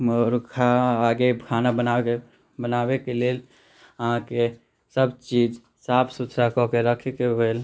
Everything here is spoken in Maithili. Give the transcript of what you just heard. आओर मुर्गा आगे खाना बनाबैके बनाबैके लेल अहाँके सभ चीज साफ सुथरा कऽके रखैके भेल